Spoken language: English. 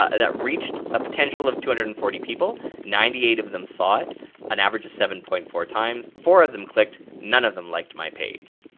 ah that reached a potential of two hundred and forty people ninety eight of them saw an average of seven point four times four of them clicked, none of them like my page,